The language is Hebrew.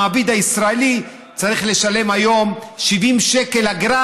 המעביד הישראלי צריך לשלם 70 שקל אגרה